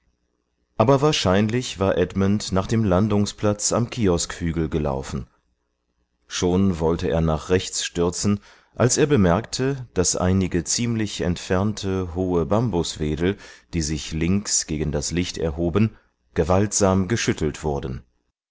aber wahrscheinlich war edmund nach dem landungsplatz am kioskhügel gelaufen schon wollte er nach rechts stürzen als er bemerkte daß einige ziemlich entfernte hohe bambuswedel die sich links gegen das licht erhoben gewaltsam geschüttelt wurden